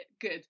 good